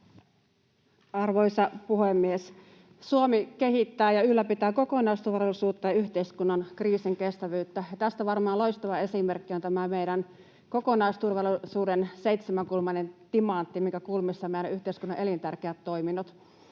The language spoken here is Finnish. Arvoisa puhemies! Suomi kehittää ja ylläpitää kokonaisturvallisuutta ja yhteiskunnan kriisinkestävyyttä, ja tästä varmaan loistava esimerkki on tämä meidän kokonaisturvallisuuden seitsemänkulmainen timantti, minkä kulmissa ovat meidän yhteiskunnan elintärkeät toiminnot.